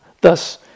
Thus